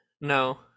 No